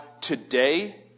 today